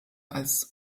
als